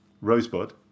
Rosebud